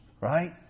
right